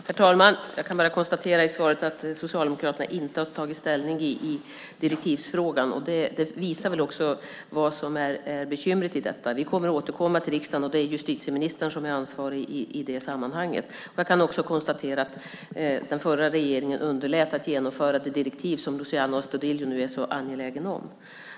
Herr talman! Jag kan bara konstatera i svaret att Socialdemokraterna inte har tagit ställning i direktivfrågan, och det visar väl vad som är bekymret i detta. Vi kommer att återkomma till riksdagen, och det är justitieministern som är ansvarig i det sammanhanget. Jag kan också konstatera att den förra regeringen underlät att genomföra det direktiv som Luciano Astudillo nu är så angelägen om.